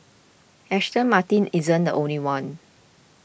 Aston Martin isn't the only one